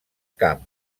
camp